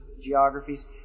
geographies